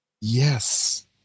Yes